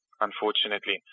unfortunately